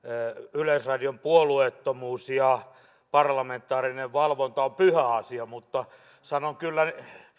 yleisradion puolueettomuus ja parlamentaarinen valvonta on pyhä asia mutta sanon kyllä